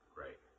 right